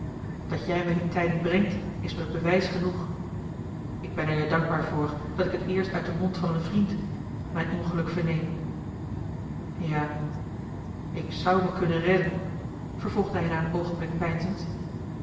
dat jij me die tijding brengt is me bewijs genoeg ik ben er je dankbaar voor dat ik het eerst uit den mond van een vriend mijn ongeluk verneem ja ik zou me kunnen redden vervolgde hij na een oogenblik